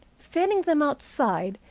failing them outside,